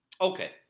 Okay